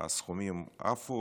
הסכומים עפו